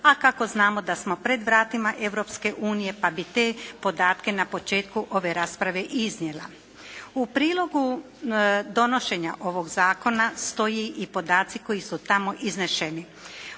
a kako znamo da smo pred vratima Europske unije pa bi te podatke na početku ove rasprave i iznijela. U prilogu donošenja ovog zakona stoje i podaci koji su tamo izneseni.